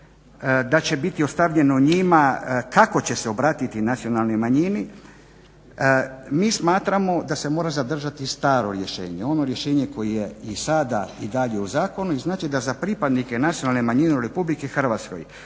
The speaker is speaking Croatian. da će biti ostavljeno njima kako će se obratiti nacionalnoj manjini. Mi smatramo da se mora zadržati staro rješenje. Ono rješenje koje je i sada i dalje u zakonu i znači da za pripadnike nacionalne manjine u Republici Hrvatskoj